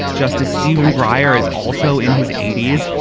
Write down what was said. justice stephen breyer is also in his eighty s.